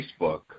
Facebook